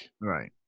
right